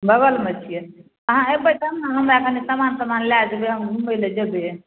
बगलमे छिए अहाँ अएबै तहन ने हमरा कनि समान तमानलए जेबै हम घुमैलए जेबै